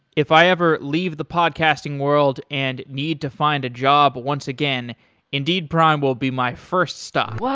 if i ever leave the podcasting world and need to find a job, once again indeed prime will be my first stop